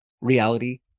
reality